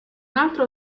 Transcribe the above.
altro